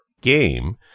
game